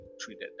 treated